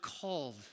called